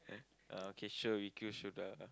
uh okay sure we should uh